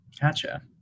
Gotcha